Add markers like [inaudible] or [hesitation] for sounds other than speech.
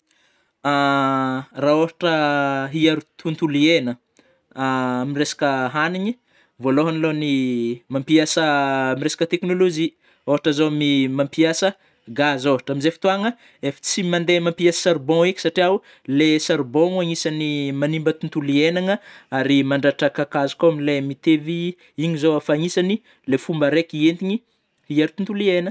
[hesitation] Ra ôhatra hiaro tontolo iaina [hesitation] ami resaka hanigny, vôlôhany lô ny [hesitation] mampiasa [hesitation] am resaka teknolojia, ôhatra zao mi [hesitation] mampiasa gaz zô ôhatra, amzay fotoagna ef'tsy mamdeha mampiasa charbon eky satriao le charbon agnisagny manimba tontolo iainagna ary mandratra kakazo kô amle mitevy [hesitation] igny zao fa agnisany le fômba araiky entigny hiaro tontolo iaignana.